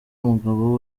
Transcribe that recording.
umugabo